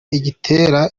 igitera